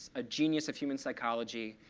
a genius of human psychology,